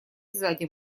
сзади